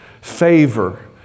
Favor